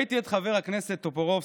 ראיתי את חבר הכנסת טופורובסקי,